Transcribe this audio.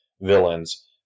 villains